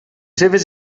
seves